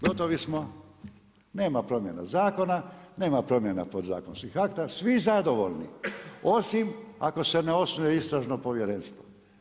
Gotovi smo, nema promjena zakona, nema promjena podzakonskih akata, svi zadovoljni, osim ako se ne osnuje istražno povjerenstvo.